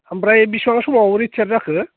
ओमफ्राय बेसेबां समाव रिटायार्द जाखो